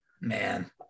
man